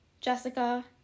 Jessica